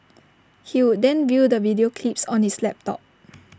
he would then view the video clips on his laptop